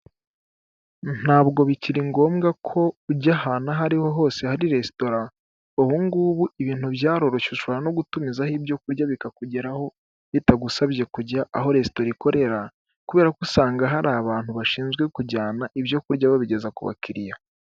Ntabwo bikiri ngombwa ko ujya ahantu aho ariho hose hari resitora, ubungubu ibintu byaroroshye ushobora no gutumizaho ibyoku kurya bikakugeraho bitagusabye kujya aho resitora ikorera, kubera ko usanga hari abantu bashinzwe kujyana ibyo kurya babigeza ku bakiriya.